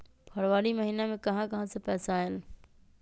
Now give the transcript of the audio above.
फरवरी महिना मे कहा कहा से पैसा आएल?